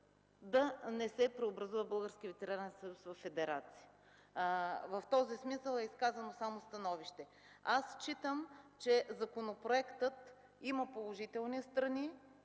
във федерация. В този смисъл е изказано само становище. Считам, че законопроектът има положителни страни